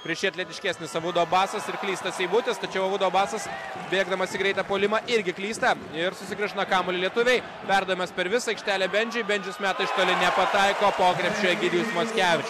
prieš jį atletiškesnis abudu abasas ir klysta seibutis tačiau abudu abasas bėgdamas į greitą puolimą irgi klysta ir susigrąžina kamuolį lietuviai perdavimas per visą aikštelę bendžiui bendžius meta iš toli nepataiko po krepšiu egidijus mockevičius